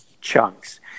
chunks